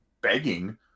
begging